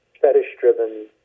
fetish-driven